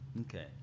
Okay